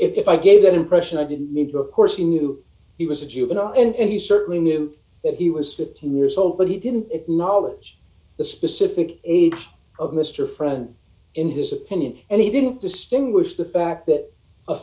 sorry if i gave that impression i didn't need to of course he knew he was a juvenile and he certainly knew that he was fifteen years old but he didn't acknowledge the specific age of mr friend in his opinion and he didn't distinguish the fact that a